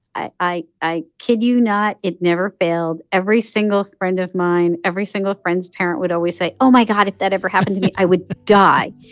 i i kid you not, it never failed. every single friend of mine, every single friend's parent would always say, oh, my god, if that ever happened to me, i would die.